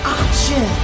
option